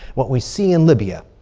what we see in libya.